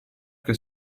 che